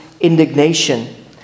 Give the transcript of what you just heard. indignation